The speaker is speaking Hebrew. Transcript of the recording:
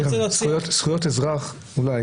התשפ"ב 2022, של מועצה אזורית חוף הכרמל.